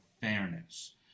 fairness